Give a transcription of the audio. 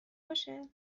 باشه